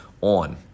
on